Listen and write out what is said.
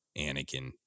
Anakin